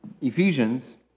Ephesians